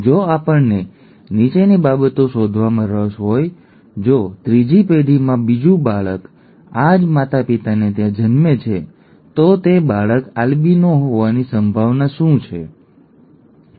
જો આપણને નીચેની બાબતો શોધવામાં રસ હોય જો ત્રીજી પેઢીમાં બીજું બાળક આ જ માતાપિતાને ત્યાં જન્મે છે તો તે બાળક આલ્બિનો હોવાની સંભાવના શું છે ઠીક છે